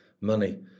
money